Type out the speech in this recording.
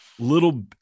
little